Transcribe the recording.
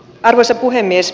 arvoisa puhemies